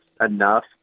enough